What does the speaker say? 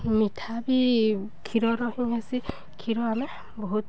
ମିଠା ବି କ୍ଷୀରର ହିିଁ ହେସି କ୍ଷୀର ଆମେ ବହୁତ୍